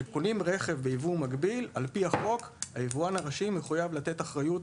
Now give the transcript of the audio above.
על פי החוק, יבואן ראשי מחויב לתת אחריות